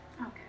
okay